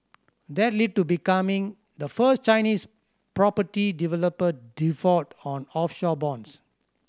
that lead to becoming the first Chinese property developer default on offshore bonds